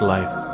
Life